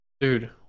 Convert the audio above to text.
dude